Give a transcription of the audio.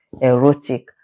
erotic